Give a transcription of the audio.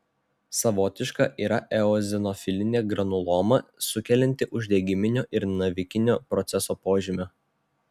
savotiška yra eozinofilinė granuloma sukelianti uždegiminio ir navikinio proceso požymių